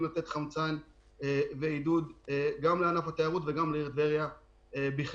לתת חמצן ועידוד גם לענף התיירות וגם לעיר טבריה בכלל.